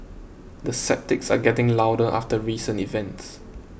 the sceptics are getting louder after recent events